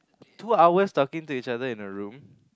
two hours talking to each other in a room